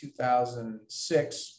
2006